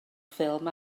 ffilm